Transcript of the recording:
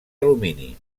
alumini